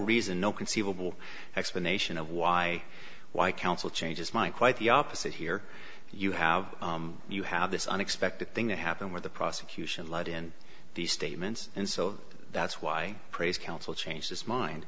reason no conceivable explanation of why why counsel changes might quite the opposite here you have you have this unexpected thing that happened where the prosecution lied in these statements and so that's why praise counsel changed his mind